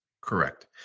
Correct